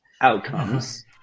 outcomes